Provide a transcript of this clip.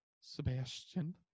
Sebastian